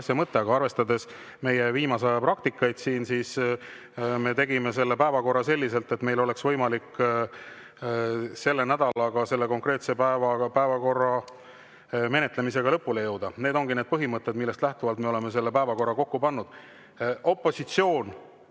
asja mõte. Aga arvestades meie viimase aja praktikat siin, me tegime selle päevakorra selliselt, et meil oleks võimalik selle nädala jooksul selle konkreetse päevakorra menetlemisega lõpule jõuda. Need ongi need põhimõtted, millest lähtuvalt me oleme selle päevakorra kokku pannud. Opositsioon